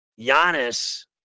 Giannis